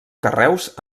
carreus